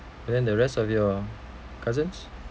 then the rest of your cousins